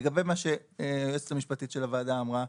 לגבי מה שהיועצת המשפטית של הוועדה אמרה,